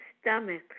stomach